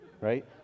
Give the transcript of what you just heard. right